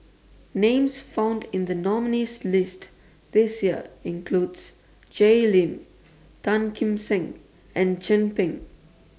Names found in The nominees' list This Year include Jay Lim Tan Kim Seng and Chin Peng